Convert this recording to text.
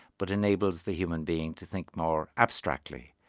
but enables the human being to think more abstractly.